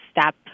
step